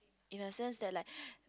in the sense that like